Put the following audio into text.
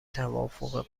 توافق